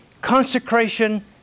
consecration